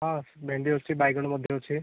ହଁ ଭେଣ୍ଡି ଅଛି ବାଇଗଣ ମଧ୍ୟ ଅଛି